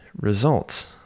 results